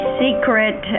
secret